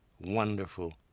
wonderful